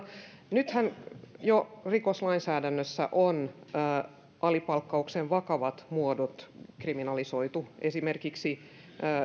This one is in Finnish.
nythän jo rikoslainsäädännössä on alipalkkauksen vakavat muodot kriminalisoitu esimerkiksi